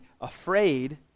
afraid